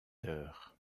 heures